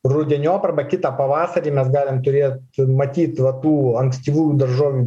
rudeniop arba kitą pavasarį mes galim turėt matyt va tų ankstyvų daržovių